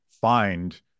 find